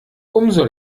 umso